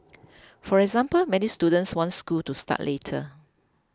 for example many students want school to start later